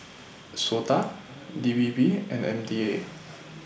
Sota D P P and M D A